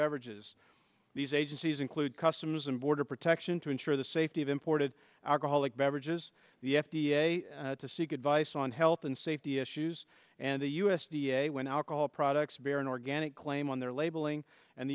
beverages these agencies include customs and border protection to ensure the safety of imported alcoholic beverages the f d a to seek advice on health and safety issues and the u s d a when alcohol products bear an organic claim on their labeling and